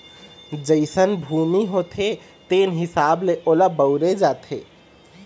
जइसन भूमि होथे तेन हिसाब ले ओला बउरे जाथे